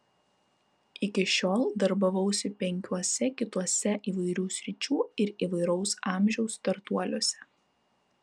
iki šiol darbavausi penkiuose kituose įvairių sričių ir įvairaus amžiaus startuoliuose